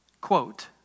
quote